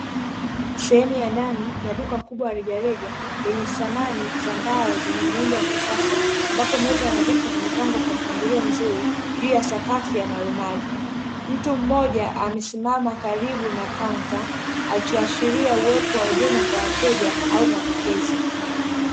Sehemu kubwa la ndani ya duka kubwa la rejareja lenye samani za mbao, zenye muundo wa kisasa, ambapo meza na viti vimepangwa kwa mpangilio mzuri juu ya sakafu ya malumalu, huku mtu mmojaa amesimama karibu na kaunta akiashiria uwepo wa huduma kwa wateja au mapokezi.